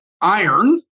iron